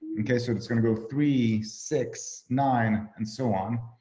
okay, so it's gonna go three, six, nine and so on.